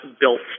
built